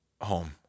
home